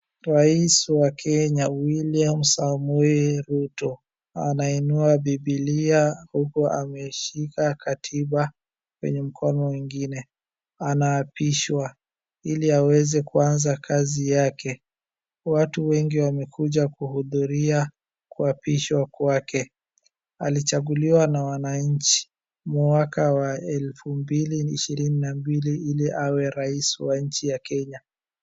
Rais wa Kenya, William Samoei Ruto, anainua Bibilia huku ameshika katiba kwenye mkono mwingine. Anapishwa ili aweze kuanza kazi yake. Watu wengi wamekuja kuhudhuria kuapishwa kwake. Alichaguliwa na wananchi mwaka wa 2022 ili awe rais wa nchi ya Kenya.